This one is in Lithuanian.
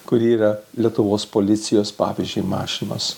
kur yra lietuvos policijos pavyzdžiui mašinos